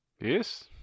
Yes